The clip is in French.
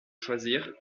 choisir